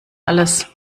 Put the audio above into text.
alles